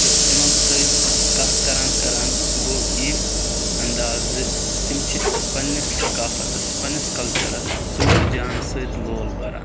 تہٕ تِمَن سۭتۍ کَتھ کَران کران گوٚو یہِ انداز زِ تِم چھِ پَننِس ثقافتَس پَننِس کَلچَرَس زوٗ تہِ جانَس سۭتۍ لول بَران